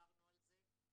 דיברנו על זה,